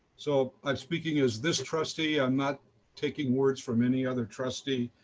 so i'm speaking as this trustee, i'm not taking words from any other trustee.